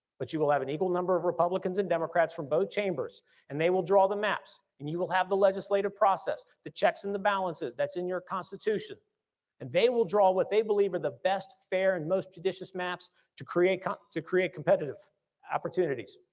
but you will have an equal number of republicans and democrats from both chambers and they will draw the maps and you will have the legislative process. the checks and the balances that's in your constitution and they will draw what they believe are the best fair and most judicious maps to create to create competitive opportunities.